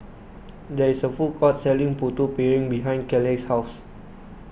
there is a food court selling Putu Piring behind Kaleigh's house